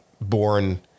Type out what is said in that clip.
born